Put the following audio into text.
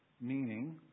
Meaning